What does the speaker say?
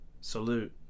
salute